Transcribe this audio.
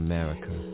America